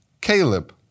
Caleb